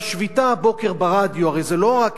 השביתה הבוקר ברדיו, הרי זה לא רק